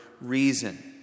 reason